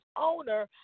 owner